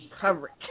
coverage